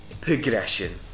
progression